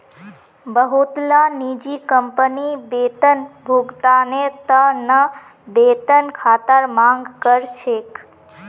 बहुतला निजी कंपनी वेतन भुगतानेर त न वेतन खातार मांग कर छेक